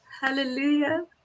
Hallelujah